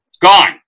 gone